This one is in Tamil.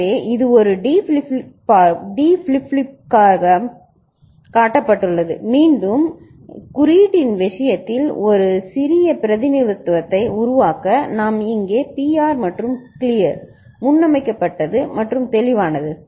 எனவே இது ஒரு D ஃபிளிப் ஃப்ளாப்பிற்காக காட்டப்பட்டுள்ளது பின்னர் மீண்டும் குறியீட்டின் விஷயத்தில் ஒரு சிறிய பிரதிநிதித்துவத்தை உருவாக்க நாம் இங்கே pr மற்றும் clear முன்னமைக்கப்பட்டது மற்றும் தெளிவானது